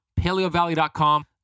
PaleoValley.com